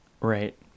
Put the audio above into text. right